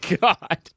God